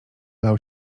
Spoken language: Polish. lał